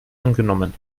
angenommen